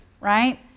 right